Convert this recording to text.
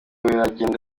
biragenda